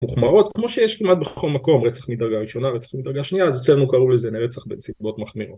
מחמרות, כמו שיש כמעט בכל מקום רצח מדרגה ראשונה, רצח מדרגה שנייה, אז אצלנו קראו לזה רצח בנסיבות מחמירות